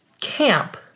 camp